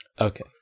Okay